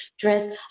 dress